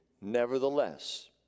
Nevertheless